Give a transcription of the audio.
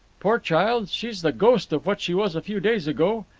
poor child, she's the ghost of what she was a few days ago.